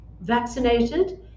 vaccinated